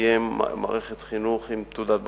יסיים מערכת חינוך עם תעודת בגרות.